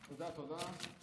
תודה תודה.